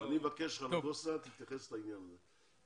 אני מבקש ממך, תתייחס לעניין הזה.